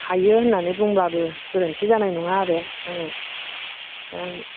हायो होननानैब्लाबो गोरोन्थि जानाय नङा आरो आङो दा